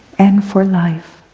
and for life.